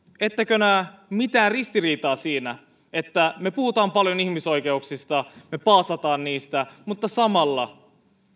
ettekö näe mitään ristiriitaa siinä että me puhumme paljon ihmisoikeuksista me paasaamme niistä mutta samalla